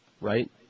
Right